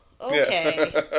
okay